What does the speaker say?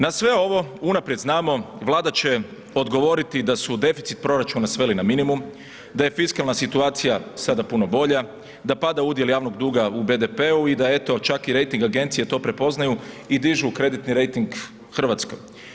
Na sve ovo, unaprijed znamo, Vlada će odgovoriti da su deficit proračuna sveli na minimum, da je fiskalna situacija sada puno bolja, da pada udjel javnog duga u BDP-u i da eto čak i rejting agencije to prepoznaju i dižu kreditni rejting RH.